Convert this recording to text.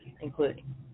including